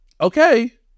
okay